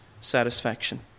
satisfaction